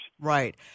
Right